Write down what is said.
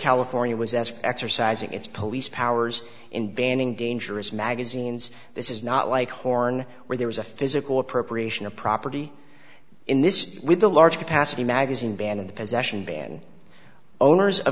california was asked exercising its police powers in banning dangerous magazines this is not like horn where there was a physical appropriation of property in this with a large capacity magazine ban in the possession ban owners